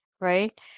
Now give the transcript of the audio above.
right